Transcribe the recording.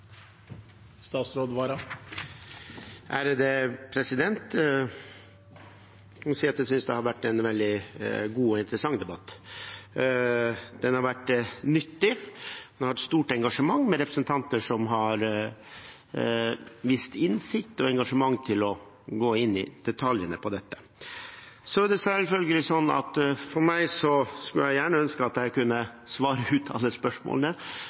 må si at jeg synes det har vært en veldig god og interessant debatt. Den har vært nyttig, det har vært stort engasjement, med representanter som har vist innsikt og engasjement når det gjelder å gå inn i detaljene på dette. Så er det selvfølgelig sånn at jeg skulle ønske at jeg kunne svare på alle